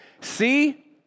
see